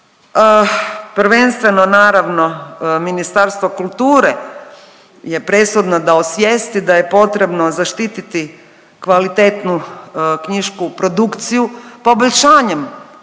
Prvenstveno naravno Ministarstvo kulture je presudno da osvijesti da je potrebno zaštiti kvalitetnu knjišku produkciju poboljšanjem